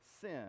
sin